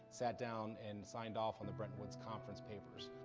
sat down, and signed off on the bretton woods conference papers.